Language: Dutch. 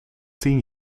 tien